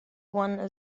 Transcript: one